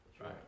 Right